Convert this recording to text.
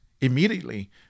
immediately